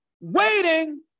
waiting